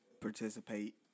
participate